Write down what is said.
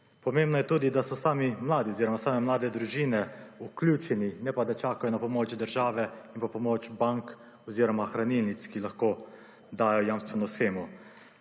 Pomembno je tudi, da so sami mladi oziroma same mlade družine vključeni, ne pa, da čakajo na pomoč države in pa pomoč bank oziroma hranilnic, ki lahko dajejo jamstveno shemo.